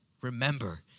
remember